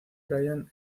brian